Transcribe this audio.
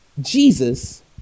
Jesus